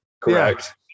Correct